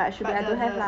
but the the